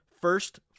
First